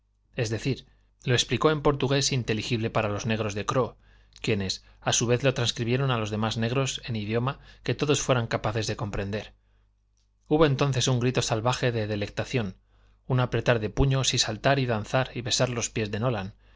es decir lo explicó en portugués inteligible para los negros de kroo quienes a su vez lo transmitieron a los demás negros en idioma que todos fueran capaces de comprender hubo entonces un grito salvaje de delectación un apretar los puños y saltar y danzar y besar los pies de nolan